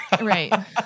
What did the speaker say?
right